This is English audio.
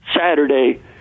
Saturday